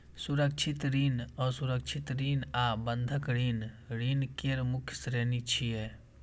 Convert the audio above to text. सुरक्षित ऋण, असुरक्षित ऋण आ बंधक ऋण ऋण केर मुख्य श्रेणी छियै